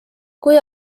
kui